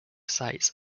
sites